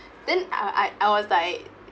then I I I was like